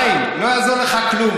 חיים, לא יעזור לך כלום.